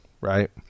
right